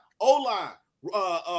O-line